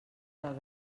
del